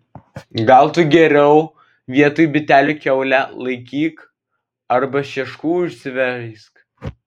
gal tu geriau vietoj bitelių kiaulę laikyk arba šeškų užsiveisk